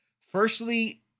firstly